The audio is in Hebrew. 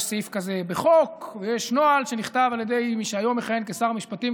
יש סעיף כזה בחוק ויש נוהל שנכתב על ידי מי שהיום מכהן כשר המשפטים,